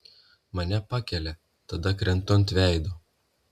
mane pakelia tada krentu ant veido